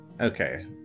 Okay